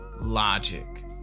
logic